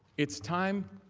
it is time